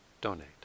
donate